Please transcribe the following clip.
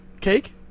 Cake